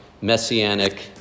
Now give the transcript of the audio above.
messianic